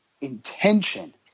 intention